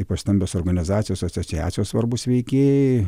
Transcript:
stambios organizacijos asociacijos svarbūs veikėjai